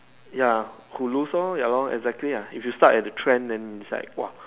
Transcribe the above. ya who lose lor ya lor exactly ah if you start at trend then it's like !wah!